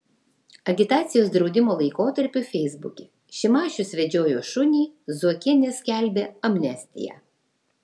agitacijos draudimo laikotarpiu feisbuke šimašius vedžiojo šunį zuokienė skelbė amnestiją